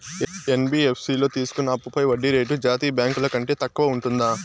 NBFC లో తీసుకున్న అప్పుపై వడ్డీ రేటు జాతీయ బ్యాంకు ల కంటే తక్కువ ఉంటుందా?